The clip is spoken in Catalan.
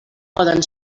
poden